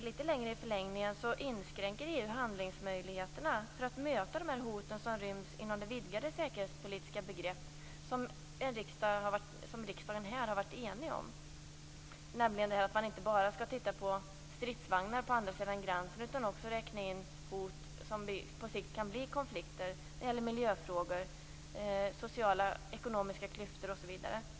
I förlängningen inskränker EU handlingsmöjligheterna för att möta hoten som ryms inom det vidgade säkerhetspolitiska begrepp som riksdagen har varit enig om, dvs. inte bara titta på antalet stridsvagnar på andra sidan gränsen utan också räkna in hot som på sikt kan bli konflikter, miljöfrågor, sociala och ekonomiska klyftor osv.